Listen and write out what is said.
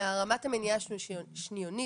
ברמת המניעה שניונית,